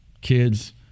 kids